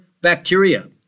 bacteria